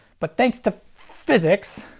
but thanks to, physics,